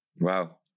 wow